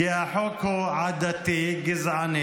כי החוק הוא עדתי, גזעני